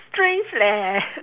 strange leh